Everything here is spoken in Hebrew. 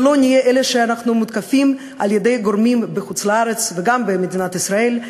ולא נהיה אלה שמותקפים על-ידי גורמים בחוץ-לארץ וגם במדינת ישראל,